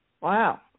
Wow